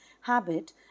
habit